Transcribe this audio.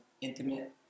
intimate